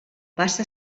passa